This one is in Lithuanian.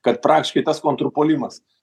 kad praktiškai tas kontrpuolimas